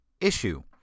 issue